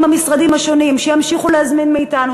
המשרדים השונים שימשיכו להזמין מאתנו,